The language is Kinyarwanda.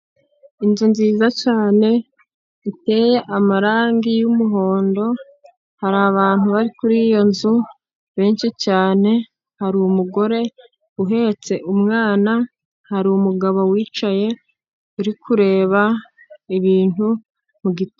Inzu nziza cyane iteye amarangi y'umuhondo, hari abantu bari kuri iyo nzu benshi cyane, hari umugore uhetse umwana, hari umugabo wicaye uri kureba ibintu mu gitabo.